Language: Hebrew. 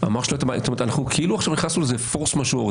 אנחנו כאילו עכשיו נכנסנו לאיזה פורס מז'ור.